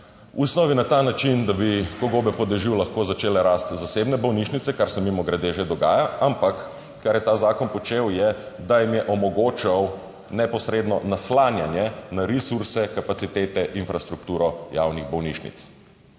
v osnovi na ta način, da bi po gobe po dežju lahko začele rasti zasebne bolnišnice, kar se mimogrede že dogaja. Ampak kar je ta zakon počel je, da jim je omogočal neposredno naslanjanje na resurse, kapacitete, infrastrukturo javnih bolnišnic.